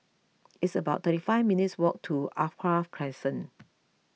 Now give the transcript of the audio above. it's about thirty five minutes' walk to Alkaff Crescent